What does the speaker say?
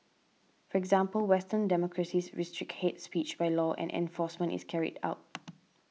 for example western democracies restrict hate speech by law and enforcement is carried out